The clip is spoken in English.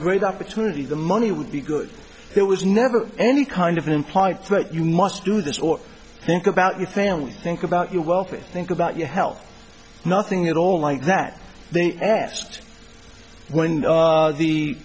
great opportunity the money would be good there was never any kind of implied threat you must do this or think about you clearly think about your welfare think about your health nothing at all like that they asked when